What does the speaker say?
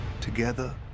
Together